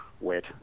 wet